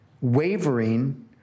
wavering